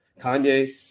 Kanye